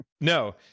No